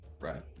Right